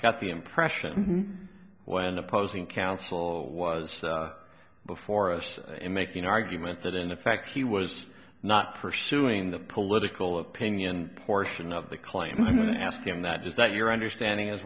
got the impression when opposing counsel was before us in making arguments that in effect he was not pursuing the political opinion portion of the claim i'm going to ask him that is that your understanding as